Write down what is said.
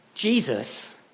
Jesus